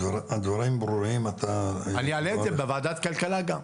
אני אעלה את זה גם בוועדת הכלכלה.